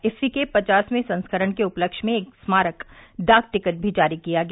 IFFI के पचासवें संस्करण के उपलक्ष्य में एक स्मारक डाक टिकट भी जारी किया गया